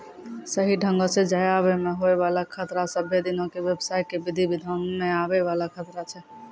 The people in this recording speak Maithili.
सही ढंगो से जाय आवै मे होय बाला खतरा सभ्भे दिनो के व्यवसाय के विधि विधान मे आवै वाला खतरा छै